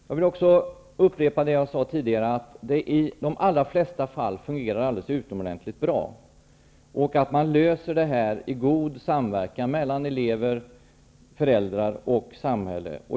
Jag vill upprepa vad jag sade tidigare, nämligen att det i de allra flesta fall fungerar utomordentligt bra och att man löser det här i god samverkan mellan elever, föräldrar och samhälle.